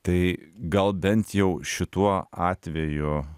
tai gal bent jau šituo atveju